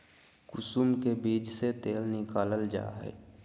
कुसुम के बीज से तेल निकालल जा हइ